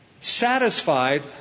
satisfied